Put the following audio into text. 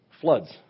floods